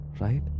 right